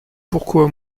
pourquoi